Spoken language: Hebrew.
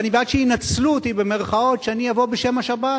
ואני בעד ש"ינצלו אותי" שאני אבוא בשם השבת.